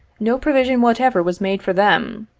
no provision whatever was made for them.